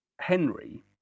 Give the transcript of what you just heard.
Henry